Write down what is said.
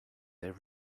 their